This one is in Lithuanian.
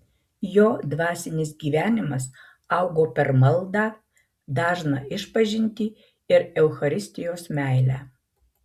jo dvasinis gyvenimas augo per maldą dažną išpažintį ir eucharistijos meilę